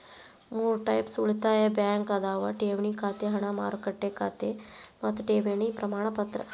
ಮೂರ್ ಟೈಪ್ಸ್ ಉಳಿತಾಯ ಬ್ಯಾಂಕ್ ಅದಾವ ಠೇವಣಿ ಖಾತೆ ಹಣ ಮಾರುಕಟ್ಟೆ ಖಾತೆ ಮತ್ತ ಠೇವಣಿ ಪ್ರಮಾಣಪತ್ರ